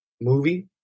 movie